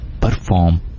perform